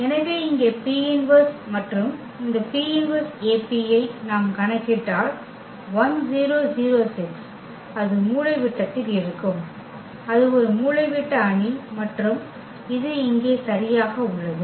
எனவே இங்கே P−1 மற்றும் இந்த P−1AP ஐ நாம் கணக்கிட்டால் அது மூலைவிட்டத்தில் இருக்கும் அது ஒரு மூலைவிட்ட அணி மற்றும் இது இங்கே சரியாக உள்ளது